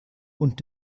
und